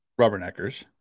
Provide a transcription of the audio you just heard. Rubberneckers